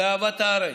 לאהבת הארץ,